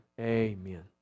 amen